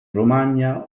romagna